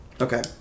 Okay